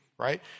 right